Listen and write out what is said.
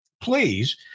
please